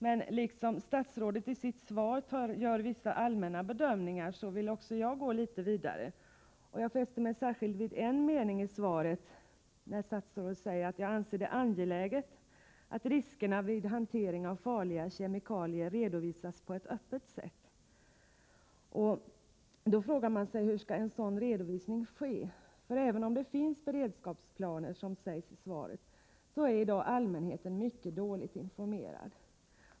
Men liksom statsrådet, som i sitt svar gör vissa allmänna bedömningar, vill också jag något vidga debatten. Jag fäste mig särskilt vid en mening i statsrådets svar, där det framhålls att det är ”angeläget att riskerna vid hantering av farliga kemikalier redovisas på ett öppet sätt”. Man frågar sig hur en sådan redovisning skall ske. Även om det, som anförs i statsrådets svar, finns beredskapsplaner, är allmänheten i dag mycket dåligt informerad.